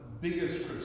biggest